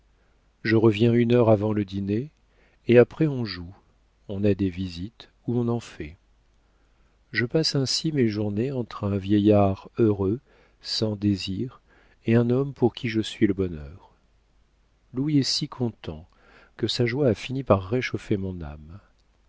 je reviens une heure avant le dîner et après on joue on a des visites ou l'on en fait je passe ainsi mes journées entre un vieillard heureux sans désirs et un homme pour qui je suis le bonheur louis est si content que sa joie a fini par réchauffer mon âme